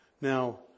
Now